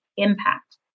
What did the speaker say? impact